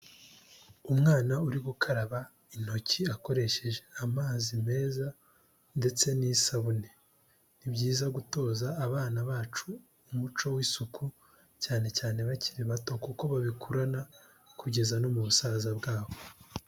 Umwana uri gukaraba intoki akoresheje amazi meza ndetse n'isabune, ni byiza gutoza abana bacu umuco w'isuku cyane cyane bakiri bato kuko babikurana kugeza no mu busaza bwabo.